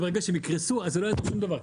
וברגע שהם יקרסו אז לא יעזור שום דבר.